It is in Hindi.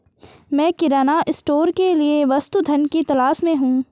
मैं किराना स्टोर के लिए वस्तु धन की तलाश में हूं